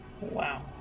Wow